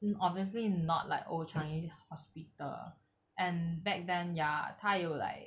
mm obviously not like old changi hospital and back then ya 他有 like